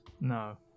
No